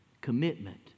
Commitment